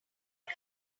guy